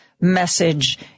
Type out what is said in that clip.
message